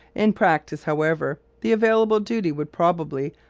in practice, however, the available duty would probably,